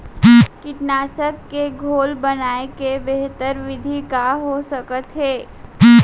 कीटनाशक के घोल बनाए के बेहतर विधि का हो सकत हे?